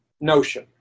notion